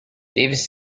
davis